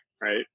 right